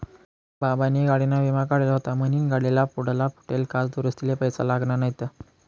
बाबानी गाडीना विमा काढेल व्हता म्हनीन गाडीना पुढला फुटेल काच दुरुस्तीले पैसा लागना नैत